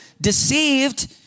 deceived